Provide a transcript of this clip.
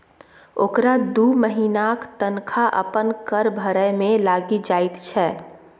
ओकरा दू महिनाक तनखा अपन कर भरय मे लागि जाइत छै